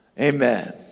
Amen